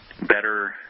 better